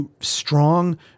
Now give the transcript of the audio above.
strong